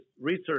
research